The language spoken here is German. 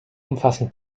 umfassen